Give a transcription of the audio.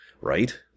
right